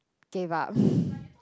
gave up